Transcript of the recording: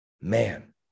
Man